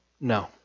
No